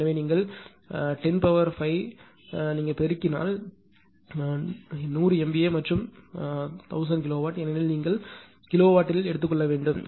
எனவே நீங்கள் 10 பவர் 5 க்கு பெருக்கினால் ஏனெனில் 100 MVA மற்றும் 1000 கிலோவாட் ஏனெனில் நீங்கள் கிலோவாட்டில் எடுத்துக்கொள்ளவேண்டும்